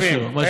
מה שהיא רוצה.